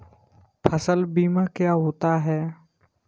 फसल बीमा क्या होता है?